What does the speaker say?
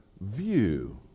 view